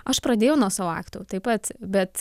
aš pradėjau nuo savo aktų taip pat bet